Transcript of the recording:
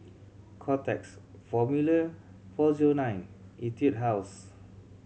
Kotex Formula Four Zero Nine Etude House